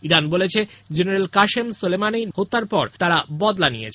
Iran বলেছে general Qasem সোলেইমানির হত্যার পর তারা বদলা নিয়েছে